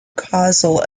causal